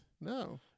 No